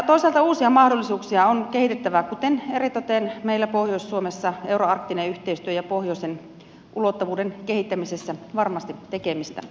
toisaalta uusia mahdollisuuksia on kehitettävä kuten eritoten meillä pohjois suomessa euroarktisessa yhteistyössä ja pohjoisen ulottuvuuden kehittämisessä varmasti tekemistä on